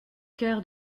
cœur